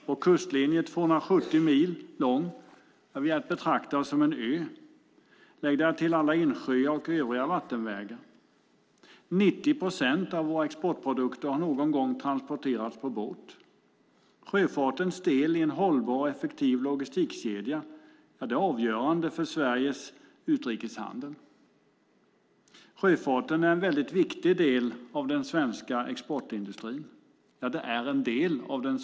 Med en kustlinje som är 270 mil lång är vi att betrakta som en ö. Lägg därtill alla insjöar och övriga vattenvägar. 90 procent av våra exportprodukter har någon gång transporterats på båt. Sjöfartens del i en hållbar och effektiv logistikkedja är avgörande för Sveriges utrikeshandel. Sjöfarten är en väldigt viktig del av den svenska exportindustrin.